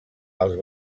els